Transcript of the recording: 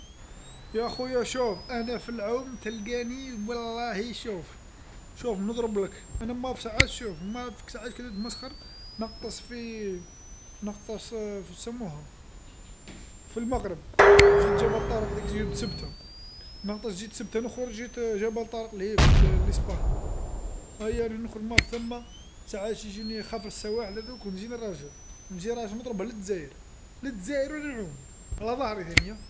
يا خويا شوف أنا في العوم تلقاني والله شوف، شوف نضربلك، أنا موالف ساعات شوف نتمسخر، نغطس في نغطس في سموها، في المغرب، جيهة جبل طارق ديك جيهة سبته، نغطس جيهة سبته نخرج جيهة جبل طارق لهيه في في إسبانيا، أيا نخرج موالف ثما ساعات يجيني خفر السواحل هاذوك ونجي راجع، نجي راجع، نضربها لدزاير، لدزاير وانا نعوم، على ظهري ثاني.